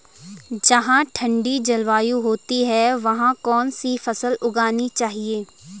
जहाँ ठंडी जलवायु होती है वहाँ कौन सी फसल उगानी चाहिये?